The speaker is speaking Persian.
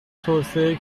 توسعه